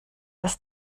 das